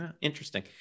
interesting